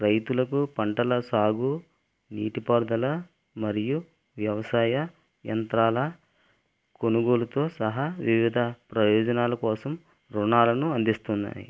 రైతులకు పంటల సాగు నీటి పారుదల మరియు వ్యవసాయ యంత్రాల కొనుగోలుతో సహా వివిధ ప్రయోజనాల కోసం రుణాలను అందిస్తున్నాయి